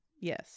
Yes